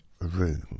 room